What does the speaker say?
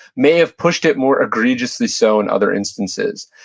may have pushed it more egregiously so in other instances.